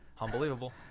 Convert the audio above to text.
unbelievable